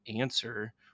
answer